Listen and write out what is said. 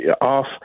off